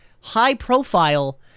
high-profile